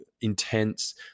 intense